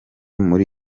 muri